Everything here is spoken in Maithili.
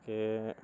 अहाँकेँ